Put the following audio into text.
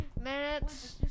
minutes